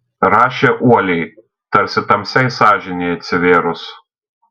rašė uoliai tarsi tamsiai sąžinei atsivėrus